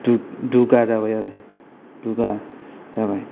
दुगा जाबाय आरो दुगा जाबाय